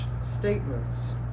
statements